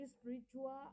spiritual